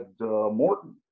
Morton